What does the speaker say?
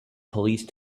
police